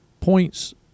points